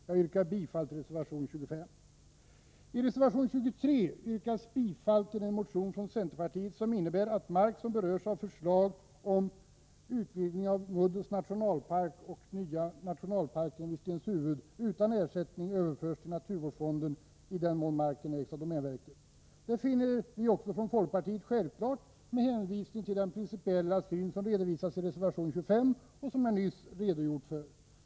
Jag yrkar bifall till reservation 25. mark som berörs av förslag om utvidgning av Muddus nationalpark och den nya nationalparken vid Stenshuvud utan ersättning överförs till naturvårdsfonden i den mån marken ägs av domänverket. Detta finner också vi från folkpartiet självklart med hänvisning till den principiella syn som redovisas i reservation 25 och som jag nyss har redogjort för.